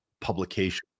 publication